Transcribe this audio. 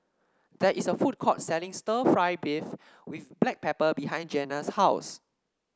there is a food court selling stir fry beef with Black Pepper behind Jeanna's house